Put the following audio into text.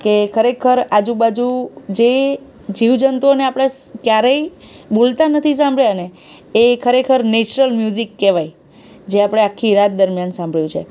કે ખરેખર આજુબાજુ જે જીવજંતુઓને આપણે ક્યારેય બોલતા નથી સાંભળ્યા ને એ ખરેખર નેચરલ મ્યુઝિક કહેવાય જે આપણે આખી રાત દરમ્યાન સાંભળ્યું છે